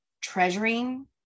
treasuring